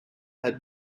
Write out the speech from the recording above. had